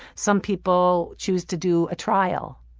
some people choose to do a trial.